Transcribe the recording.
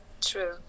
true